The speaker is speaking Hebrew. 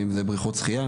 בריכות שחיה,